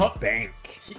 bank